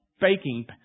baking